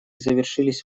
завершились